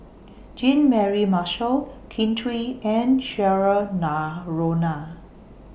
Jean Mary Marshall Kin Chui and Cheryl Noronha